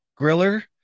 griller